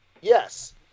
Yes